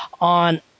on